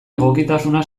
egokitasuna